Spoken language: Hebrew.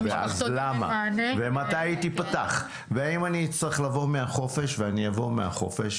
למה ומתי היא תיפתח והאם אני אצטרך לבוא מהחופש ואני אבוא מהחופש,